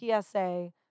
PSA